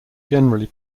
generally